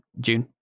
June